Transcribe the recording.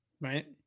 right